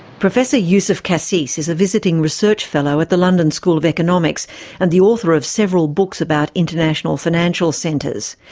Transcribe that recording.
professor youssef cassis is a visiting research fellow at the london school of economics and the author of several books about international financial centres.